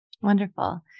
wonderful